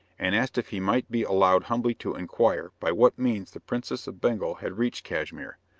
and asked if he might be allowed humbly to inquire by what means the princess of bengal had reached cashmere,